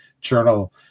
journal